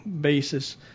basis